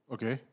Okay